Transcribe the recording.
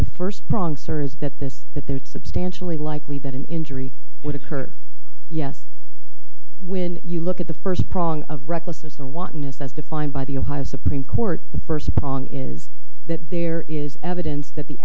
first prong sir is that this that they would substantially likely that an injury would occur yes when you look at the first prong of recklessness or wantonness as defined by the ohio supreme court the first prong is that there is evidence that the